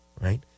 right